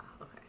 okay